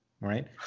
Right